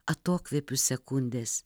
atokvėpių sekundės